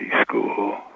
school